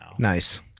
Nice